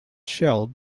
shelled